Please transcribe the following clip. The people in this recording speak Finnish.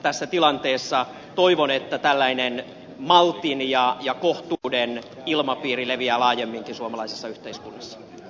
tässä tilanteessa toivon että tällainen maltin ja kohtuuden ilmapiiri leviää laajemminkin suomalaisessa yhteiskunnassa